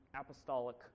apostolic